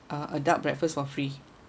uh adult breakfast for free